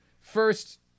First